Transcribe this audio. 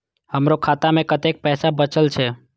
हमरो खाता में कतेक पैसा बचल छे?